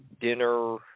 dinner